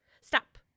Stop